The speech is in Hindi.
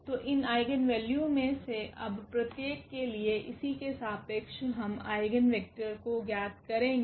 तो इन आइगेन वैल्यू मे से अब प्रत्येक के लिए इसी के सापेक्ष हम आइगेन वेक्टर को ज्ञात करेगे